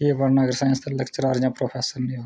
केह् बनना जे मैथ जां साईंस दा प्रोफैसर नीं होग